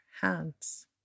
hands